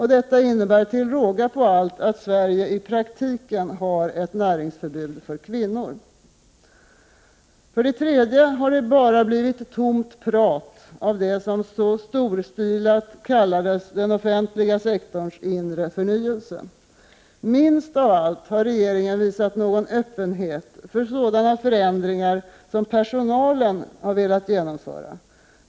Detta innebär till råga på allt att Sverige i praktiken har ett näringsförbud för kvinnor. För det tredje har det bara blivit tomt prat av det som så storstilat kallades den offentliga sektorns inre förnyelse. Minst av allt har regeringen visat någon öppenhet för sådana förändringar som personalen velat genomföra.